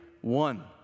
one